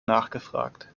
nachgefragt